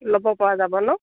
ল'ব পৰা যাব নহ্